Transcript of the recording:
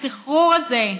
הסחרור הזה,